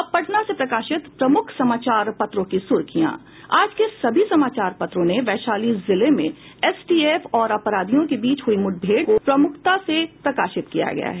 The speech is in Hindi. अब पटना से प्रकाशित प्रमुख समाचार पत्रों की सुर्खियां आज के सभी समाचार पत्रों ने वैशाली जिले में एसटीएफ और अपराधियों के बीच हुयी मुठभेड़ को प्रमुखता से प्रकाशित किया है